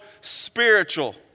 spiritual